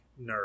nerd